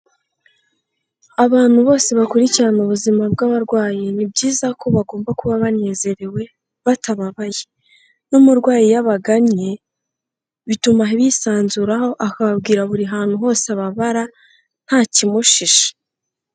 Abantu bose bakurikirana ubuzima bw'abarwayi ni byiza ko bagomba kuba banezerewe batababaye, nk'umurwayi iyo abagannye bituma abisanzuraho akababwira buri hantu hose ababara nta kimushisha.